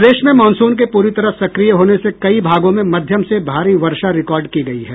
प्रदेश में मानसून के पूरी तरह सक्रिय होने से कई भागों में मध्यम से भारी वर्षा रिकार्ड की गयी है